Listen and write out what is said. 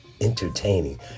entertaining